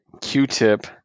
Q-Tip